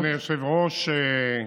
אדוני היושב-ראש,